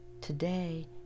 today